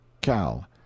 Cal